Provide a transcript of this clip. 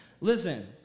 Listen